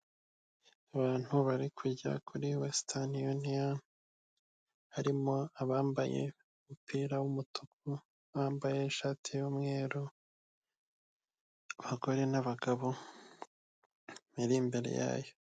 Abantu bari kujya kuri wesitani yuniyoni, harimo abambaye umupira w'umutuku, bambaye ishati y'umweru, abagore n'abagabo biri imbere yayo.